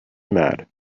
mad